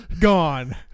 Gone